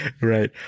right